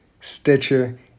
Stitcher